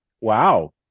Wow